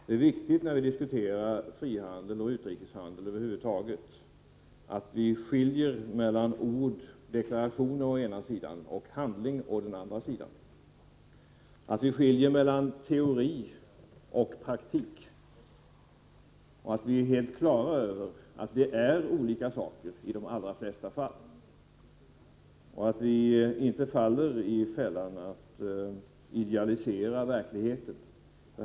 Det är viktigt när vi diskuterar frihandel, och utrikeshandel över huvud taget, att vi skiljer mellan deklarationer å ena sidan och handling å den andra, att vi skiljer mellan teori och praktik samt att vi är helt klara över att detta är olika saker i de allra flesta fall. Vi får inte gå i fällan och idealisera verkligheten.